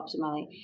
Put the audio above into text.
optimally